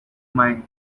may